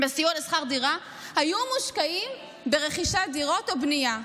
בסיוע לשכר דירה היו מושקעים ברכישת דירות או בנייה,